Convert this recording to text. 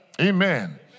Amen